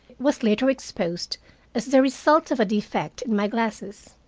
was later exposed as the result of a defect in my glasses.